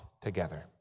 together